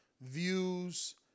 views